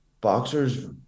boxers